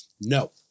No